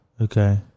Okay